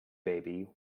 baby